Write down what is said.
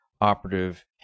operative